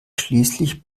schließlich